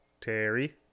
Terry